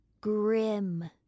grim